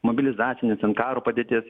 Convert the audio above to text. mobilizacines ten karo padėties